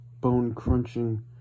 bone-crunching